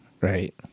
right